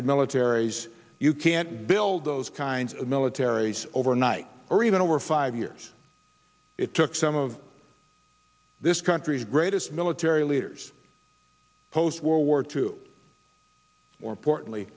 of militaries you can't build those kinds of militaries overnight or even over five years it took some of this country's greatest military leaders post world war two more importantly